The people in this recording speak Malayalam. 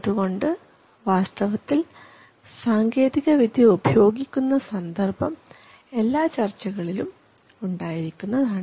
അതുകൊണ്ട് വാസ്തവത്തിൽ സാങ്കേതികവിദ്യ ഉപയോഗിക്കുന്ന സന്ദർഭം എല്ലാ ചർച്ചകളിലും ഉണ്ടായിരിക്കുന്നതാണ്